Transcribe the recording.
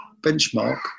benchmark